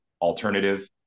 alternative